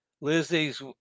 Lizzie's